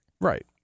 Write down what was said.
Right